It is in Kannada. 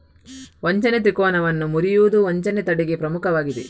ವಂಚನೆ ತ್ರಿಕೋನವನ್ನು ಮುರಿಯುವುದು ವಂಚನೆ ತಡೆಗೆ ಪ್ರಮುಖವಾಗಿದೆ